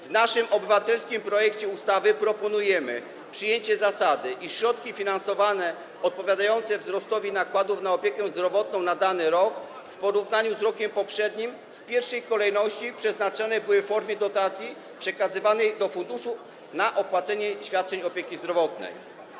W naszym obywatelskim projekcie ustawy proponujemy przyjęcie zasady, iż środki finansowe odpowiadające wzrostowi nakładów na opiekę zdrowotną na dany rok w porównaniu z rokiem poprzednim w pierwszej kolejności przeznaczane są w formie dotacji przekazywanej do funduszu na opłacenie świadczeń opieki zdrowotnej.